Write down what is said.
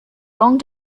long